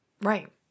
Right